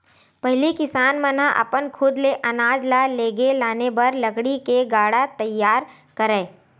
पहिली किसान मन ह अपन खुद ले अनाज ल लेगे लाने बर लकड़ी ले गाड़ा तियार करय